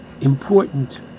important